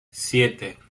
siete